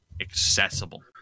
accessible